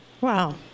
Wow